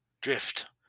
drift